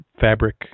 fabric